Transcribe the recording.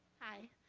hi.